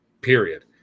Period